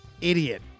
idiot